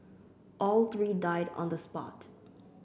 all three died on the spot